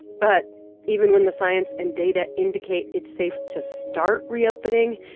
but even when the science and data indicate it's safe to start reopening,